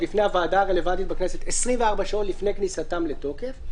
הוועדה הרלוונטית בכנסת 24 שעות לפני כניסתן לתוקף.